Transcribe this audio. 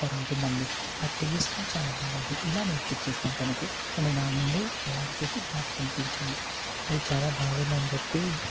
super ఉంటుందండి ఆ taste చాలా బాగుంటుంది ఇలా నేర్పించేసాను తనకి ఇలా నా ముందు తయారు చేసి నాకు తినిపించింది చాలా బాగుందని చెప్పి